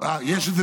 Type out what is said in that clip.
יש את זה